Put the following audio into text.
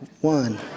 One